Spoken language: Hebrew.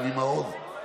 אבי מעוז,